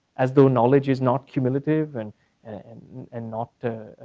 as though knowledge is not cumulative and and and not,